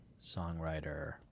songwriter